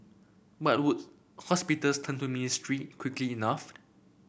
but would hospitals turn to the ministry quickly enough